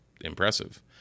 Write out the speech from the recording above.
impressive